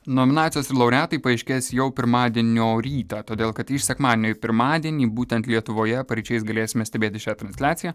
nominacijos laureatai paaiškės jau pirmadienio rytą todėl kad iš sekmadienio į pirmadienį būtent lietuvoje paryčiais galėsime stebėti šią transliaciją